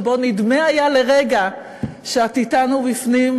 שבו היה נדמה לרגע שאת אתנו בפנים,